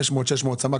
500-600 סמ"ק,